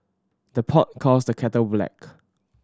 the pot calls the kettle black